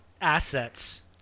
assets